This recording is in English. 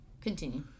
Continue